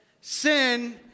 Sin